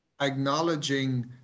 acknowledging